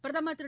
பிரதமர் திரு